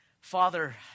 Father